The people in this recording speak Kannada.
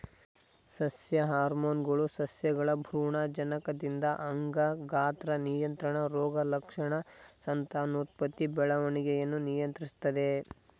ಸಸ್ಯ ಹಾರ್ಮೋನ್ಗಳು ಸಸ್ಯಗಳ ಭ್ರೂಣಜನಕದಿಂದ ಅಂಗ ಗಾತ್ರ ನಿಯಂತ್ರಣ ರೋಗಲಕ್ಷಣ ಸಂತಾನೋತ್ಪತ್ತಿ ಬೆಳವಣಿಗೆಯನ್ನು ನಿಯಂತ್ರಿಸ್ತದೆ